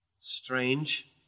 Strange